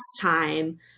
time